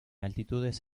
altitudes